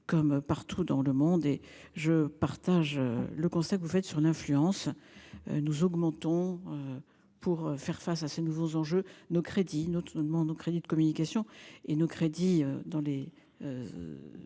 comme partout dans le monde et je partage le constat que vous faites sur l'influence. Nous augmentons. Pour faire face à ces nouveaux enjeux nos crédits nos demande au crédit de communication et nos crédits dans les.